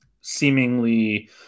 seemingly